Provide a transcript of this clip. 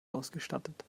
ausgestattet